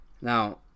Now